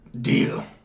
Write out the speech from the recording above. Deal